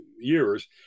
years